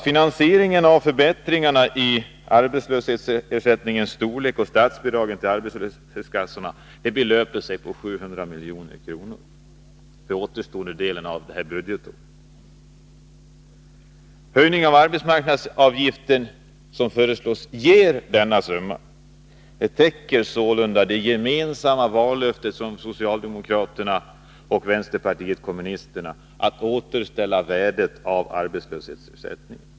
Finansieringen av förbättringarna i arbetslöshetsersättningens storlek och statsbidra gen till arbetslöshetskassorna belöper sig till 700 milj.kr. för den återstående delen av detta budgetår. Den höjning av arbetsmarknadsavgiften som föreslås ger denna summa och täcker sålunda det gemensamma vallöftet från socialdemokraterna och vänsterpartiet kommunisterna att återställa värdet av arbetslöshetsförsäkringen.